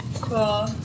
Cool